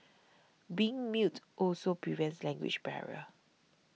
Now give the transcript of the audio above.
being mute also prevents language barrier